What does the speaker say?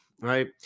right